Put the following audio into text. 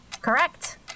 Correct